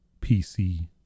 PC